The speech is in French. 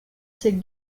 ces